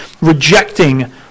rejecting